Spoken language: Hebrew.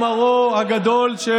למה אתם לא מצליחים להעביר את החוק?